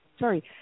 Sorry